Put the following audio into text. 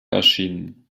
erschienen